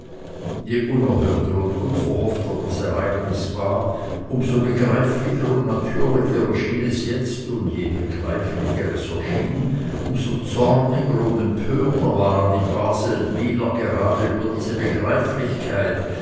je unerhörter und unverhoffter das ereignis war um so begreiflicher und natürlicher erschien es jetzt und je begreiflicher es erschien um so zorniger und empörter waren die paar seldwyler gerade über diese begreiflichkeit